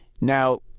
Now